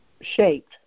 shaped